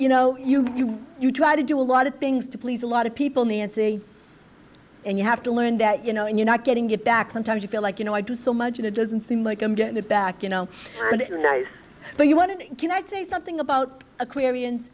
you know you you you try to do a lot of things to please a lot of people needs a and you have to learn that you know you're not getting it back sometimes you feel like you know i do so much and it doesn't seem like i'm going to back you know nice but you want to can i say something about aquari